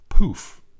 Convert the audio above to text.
Poof